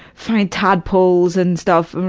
find tadpoles and stuff, and